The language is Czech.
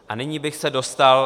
A nyní bych se dostal...